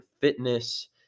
fitness